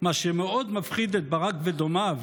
מה שמאוד מפחיד את ברק ודומיו,